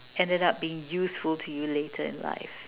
ended up being useful to you later in life